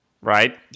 right